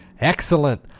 Excellent